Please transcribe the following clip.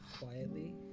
quietly